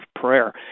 prayer